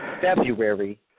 February